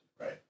Right